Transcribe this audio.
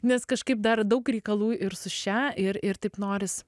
nes kažkaip dar daug reikalų ir su šia ir ir taip noris